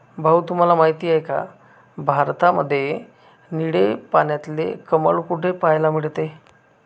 भाऊ तुम्हाला माहिती आहे का, भारतामध्ये निळे पाण्यातले कमळ कुठे पाहायला मिळते?